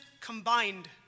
combined